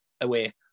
away